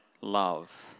love